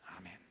Amen